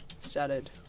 started